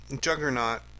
juggernaut